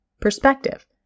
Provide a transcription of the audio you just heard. perspective